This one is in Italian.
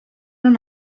non